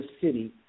city